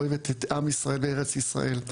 אוהבת את עם ישראל וארץ ישראל.